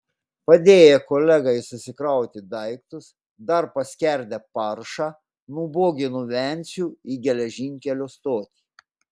padėję kolegai susikrauti daiktus dar paskerdę paršą nubogino vencių į geležinkelio stotį